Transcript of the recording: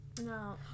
No